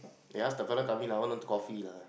you ask the fella come in I want coffee lah